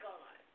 God